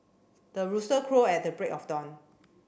the rooster crow at the break of dawn